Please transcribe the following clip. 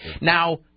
Now